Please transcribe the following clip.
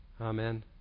Amen